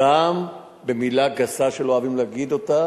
גם במלה גסה שלא אוהבים להגיד אותה,